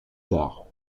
tard